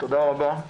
תודה רבה.